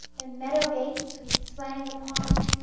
the meadow-gates we swang upon,